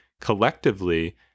Collectively